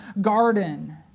garden